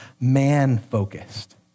man-focused